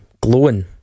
glowing